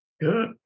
Good